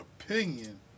opinion